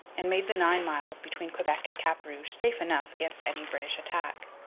and made the nine miles between quebec and cap rouge safe enough against any british attack.